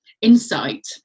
insight